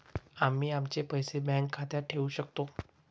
आम्ही आमचे पैसे बँक खात्यात ठेवू शकतो